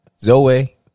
Zoe